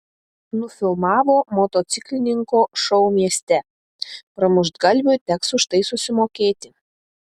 nufilmavo motociklininko šou mieste pramuštgalviui teks už tai susimokėti